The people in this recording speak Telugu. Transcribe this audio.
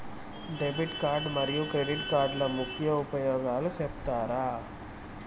డెబిట్ కార్డు మరియు క్రెడిట్ కార్డుల ముఖ్య ఉపయోగాలు సెప్తారా?